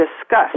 discuss